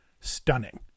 stunning